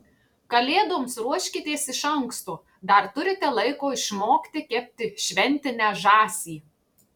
kalėdoms ruoškitės iš anksto dar turite laiko išmokti kepti šventinę žąsį